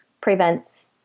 prevents